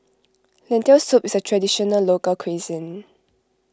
Lentil Soup is a Traditional Local Cuisine